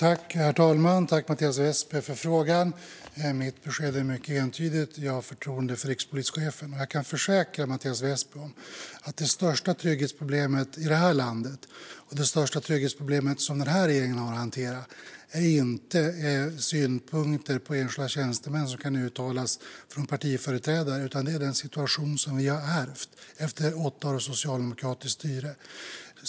Herr talman! Tack, Mattias Vepsä, för frågan! Mitt besked är mycket entydigt: Jag har förtroende för rikspolischefen, och jag kan försäkra Mattias Vepsä om att det största trygghetsproblemet i det här landet och det största trygghetsproblemet som den här regeringen har att hantera inte är synpunkter på enskilda tjänstemän som kan uttalas från partiföreträdare, utan det är den situation som vi har ärvt efter åtta år av socialdemokratiskt styre.